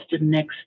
next